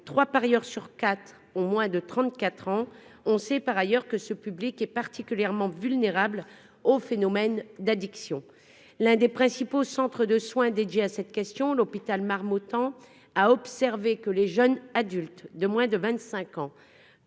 parieurs sur quatre ont moins de 34 ans. On sait par ailleurs que ce public est particulièrement vulnérable aux phénomènes d'addiction. L'hôpital Marmottan, l'un des principaux centres de soins dédiés à cette question, a observé que les jeunes adultes de moins de 25 ans